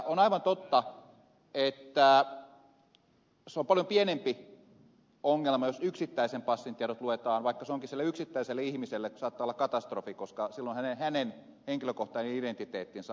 on aivan totta että se on paljon pienempi ongelma jos yksittäisen passin tiedot luetaan vaikka se sille yksittäiselle ihmiselle saattaakin olla katastrofi koska silloinhan hänen henkilökohtainen identiteettinsä on karussa